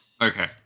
Okay